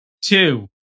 two